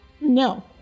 No